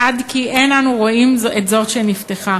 עד כי אין אנו רואים את זאת שנפתחה".